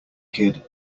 kid